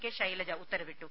K Shailaja ഉത്തരവിട്ടു